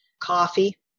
coffee